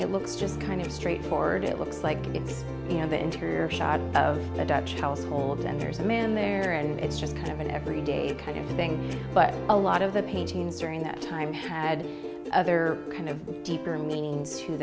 it looks just kind of straightforward it looks like it's you know the interior shot of the dutch household and there's a man there and it's just kind of an every day kind of thing but a lot of the pain in that time had other kind of deeper meanings to